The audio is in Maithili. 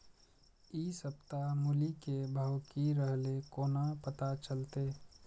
इ सप्ताह मूली के भाव की रहले कोना पता चलते?